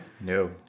No